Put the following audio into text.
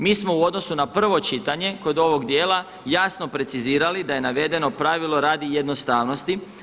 Mi smo u odnosu na prvo čitanje kod ovog dijela jasno precizirali da je navedeno pravilo radi jednostavnosti.